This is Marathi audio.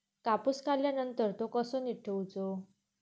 कापूस काढल्यानंतर तो कसो नीट ठेवूचो?